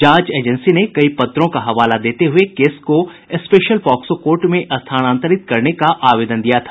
जांच एजेंसी ने कई पत्रों का हवाला देते हुये केस को स्पेशल पॉक्सो कोर्ट में स्थानांतरित करने का आवेदन दिया था